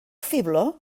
fibló